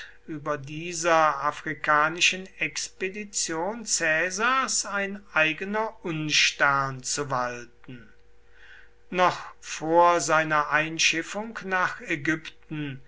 über dieser afrikanischen expedition caesars ein eigener unstern zu walten noch vor seiner einschiffung nach ägypten